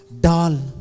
doll